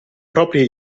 propria